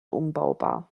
umbaubar